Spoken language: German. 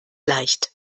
leicht